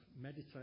meditate